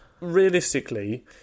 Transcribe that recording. Realistically